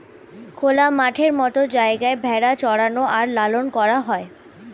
খোলা মাঠের মত জায়গায় ভেড়া চরানো আর লালন করা হয়